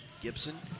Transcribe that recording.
Gibson